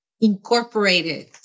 incorporated